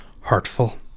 Hurtful